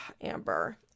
Amber